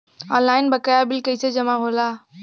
Online बकाया bill कैसे जमा होला?